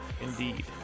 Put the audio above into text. indeed